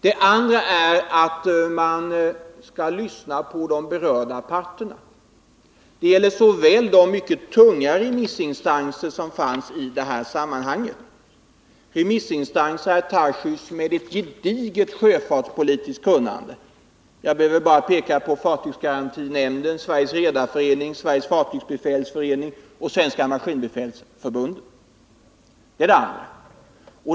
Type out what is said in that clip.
Det andra är att man skall lyssna till alla de mycket tunga remissinstanser som fanns i det här sammanhanget — remissinstanser, herr Tarschys, med ett gediget sjöfartspolitiskt kunnande. Jag vill peka på fartygskreditgarantinämnden, Sveriges redareförening, Sveriges fartygsbefälsförening och Svenska maskinbefälsförbundet.